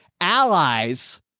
allies